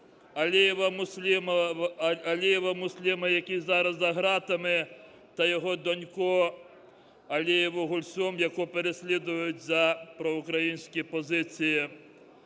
Алієва Мусліма, який зараз загратами та його доньку Алієву Гульсум, яку переслідують за проукраїнські позиції.